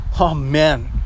amen